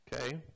Okay